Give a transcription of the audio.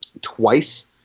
twice